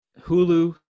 Hulu